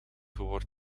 wordt